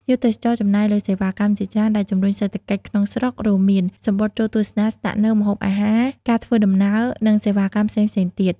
ភ្ញៀវទេសចរចំណាយលើសេវាកម្មជាច្រើន ដែលជំរុញសេដ្ឋកិច្ចក្នុងស្រុក រួមមាន សំបុត្រចូលទស្សនា ស្នាក់នៅ ម្ហូបអាហារ ការធ្វើដំណើរ និងសេវាកម្មផ្សេងៗទៀត។